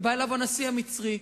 ובא אליו הנשיא המצרי,